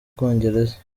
bwongereza